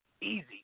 Easy